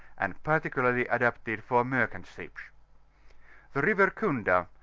and particularly adapted for merchant-ships. the river kunda,